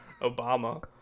Obama